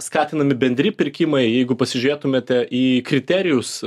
skatinami bendri pirkimai jeigu pasižiūrėtumėte į kriterijus